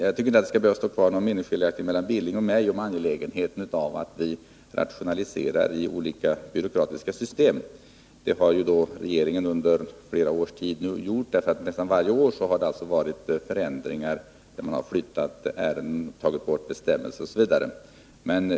Jag tycker inte att det skall behöva stå kvar några meningsskiljaktigheter mellan Knut Billing och mig om angelägenheten av att rationalisera i olika byråkratiska system. Det har regeringen gjort under flera år. Nästan varje år har förändringar gjorts, ärenden har flyttats, bestämmelser tagits bort osv.